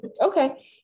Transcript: Okay